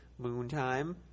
Moontime